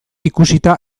ikusita